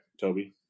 Toby